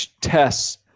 tests